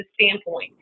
standpoint